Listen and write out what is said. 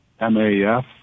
MAF